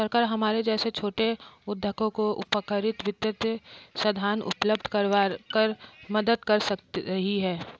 सरकार हमारे जैसे छोटे उद्योगों को व्यापारिक वित्तीय साधन उपल्ब्ध करवाकर मदद कर रही है